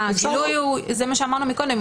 זה מה שאמרנו קודם,